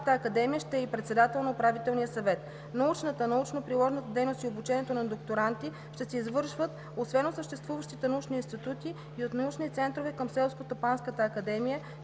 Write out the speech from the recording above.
академия ще е и председател на управителния съвет. Научната, научно-приложната дейност и обучението на докторанти ще се извършват освен от съществуващите научни институти и от научни центрове към Селскостопанската академия,